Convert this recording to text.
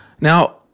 Now